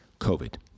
COVID